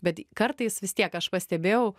bet kartais vis tiek aš pastebėjau